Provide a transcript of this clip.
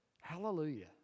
Hallelujah